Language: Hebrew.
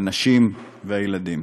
הנשים והילדים.